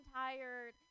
tired